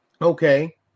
Okay